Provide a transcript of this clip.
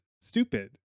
stupid